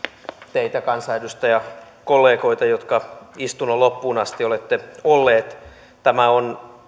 teitä kansanedustajakollegoita jotka istunnon loppuun asti olette olleet tämä on